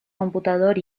computador